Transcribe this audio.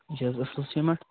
یہِ چھِ حظ اصٕل سیٖمٮ۪نٛٹ